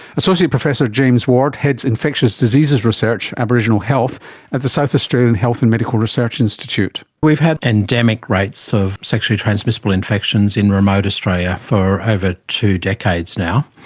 associate professor james ward heads infectious diseases research aboriginal health at the south australian health and medical research institute. we've had endemic rates of sexually transmissible infections in remote australia for over ah two decades now,